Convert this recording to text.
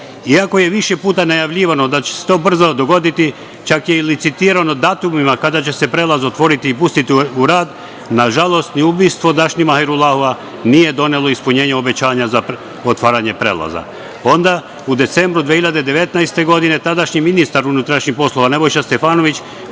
je više puta najavljivano da će se to brzo dogoditi, čak je i licitirano datumima kada će se prelaz otvoriti i pustiti u rad, nažalost ni ubistvo Dašni Hajrulahua nije donelo ispunjenje obećanja za otvaranje prelaza.U decembru 2019. godine tadašnji ministar unutrašnjih poslova Nebojša Stefanović